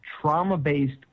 trauma-based